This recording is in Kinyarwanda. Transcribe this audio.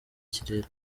ikirere